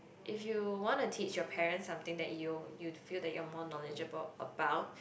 if you wanna teach your parents something that you you feel that you're more knowledgeable about